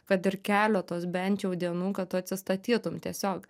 kad ir keletos bent jau dienų kad tu atsistatytum tiesiog